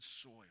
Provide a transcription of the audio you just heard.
soil